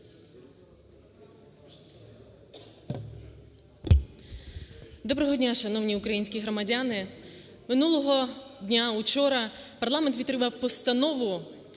Доброго дня, шановні українські громадяни! Минулого дня, учора, парламент підтримав Постанову